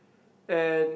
and